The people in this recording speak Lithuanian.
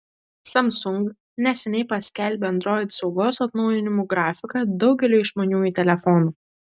samsung neseniai paskelbė android saugos atnaujinimų grafiką daugeliui išmaniųjų telefonų